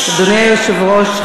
אדוני היושב-ראש,